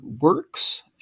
works